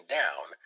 down